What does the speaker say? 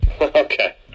Okay